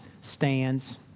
stands